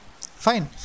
Fine